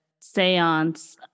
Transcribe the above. seance